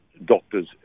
doctors